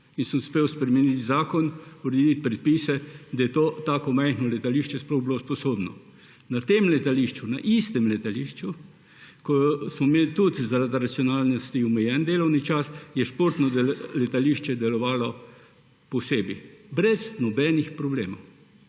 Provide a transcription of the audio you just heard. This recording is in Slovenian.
Uspel sem spremeniti zakon, urediti predpise, da je tako majhno letališče sploh bilo usposobljeno. Na tem letališču, na istem letališču, ko smo imel tudi zaradi racionalnosti omejen delovni čas, je športno letališče delovalo posebej, in to brez problemov,